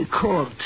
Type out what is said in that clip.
court